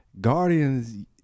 Guardians